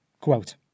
Quote